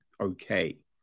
okay